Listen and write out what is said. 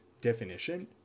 definition